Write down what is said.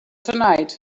tonight